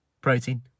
protein